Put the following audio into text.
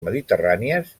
mediterrànies